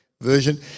Version